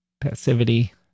passivity